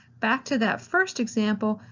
back to that first example,